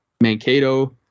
Mankato